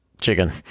chicken